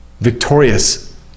victorious